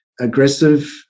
aggressive